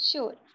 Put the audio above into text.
Sure